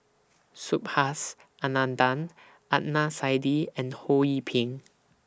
Subhas Anandan Adnan Saidi and Ho Yee Ping